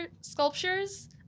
sculptures